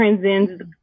transcends